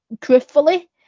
truthfully